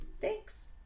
Thanks